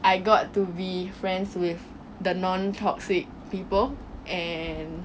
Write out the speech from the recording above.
I got to be friends with the non toxic people and